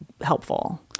helpful